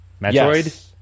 Metroid